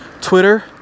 Twitter